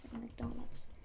McDonald's